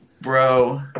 Bro